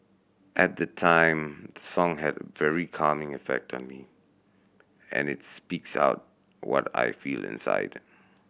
at the time the song had a very calming effect on me and it speaks out what I feel inside